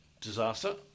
disaster